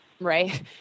right